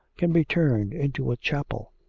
can be turned into a chapel.